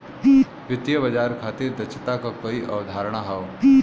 वित्तीय बाजार खातिर दक्षता क कई अवधारणा हौ